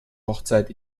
hochzeit